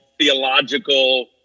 theological